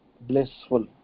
blissful